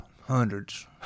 Hundreds